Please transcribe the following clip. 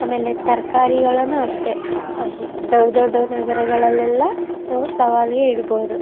ಆಮೇಲೆ ತರಕಾರಿಗಳನ್ನು ಅಷ್ಟೇ ದೊಡ್ಡ ದೊಡ್ಡ ನಗರಗಳಲ್ಲೆಲ್ಲ ನಾವು ಸವಾಲಿಗೆ ಇಡ್ಬೋದು